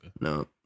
No